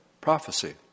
prophecy